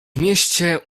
mieście